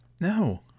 No